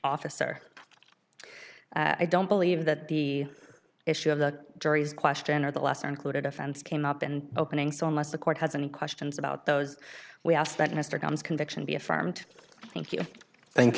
officer i don't believe that the issue of the jury's question or the lesser included offense came up and opening so unless the court has an questions about those we ask that mr combs conviction be affirmed thank you thank